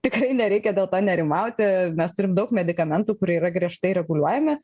tikrai nereikia dėl to nerimauti mes turim daug medikamentų kurie yra griežtai reguliuojami